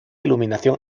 iluminación